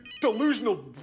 delusional